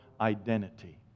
identity